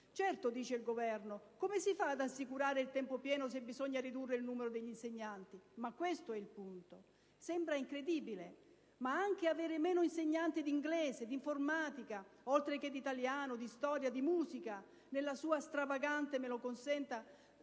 Certo, dice il Governo, come si fa ad assicurare il tempo pieno se bisogna ridurre il numero degli insegnanti? Ma è questo il punto! Sembra incredibile, ma anche avere meno insegnanti di inglese, di informatica, oltre che di italiano, di storia, di musica, nella sua stravagante - me lo consenta